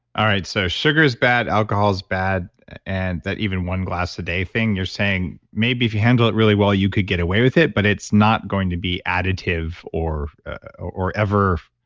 all right, so sugar is bad, alcohol is bad and that even one glass a day thing you're saying maybe if you handle it really well, you could get away with it, but it's not going to be additive or or ever.